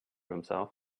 himself